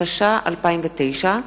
התש"ע 2009,